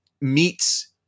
meets